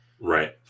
right